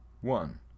one